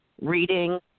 reading